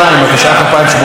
לקריאה ראשונה.